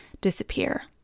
disappear